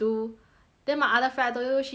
then my other friend I told you she can like make